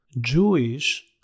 Jewish